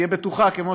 תהיה בטוחה כמו